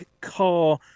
car